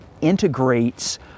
integrates